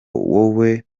wowe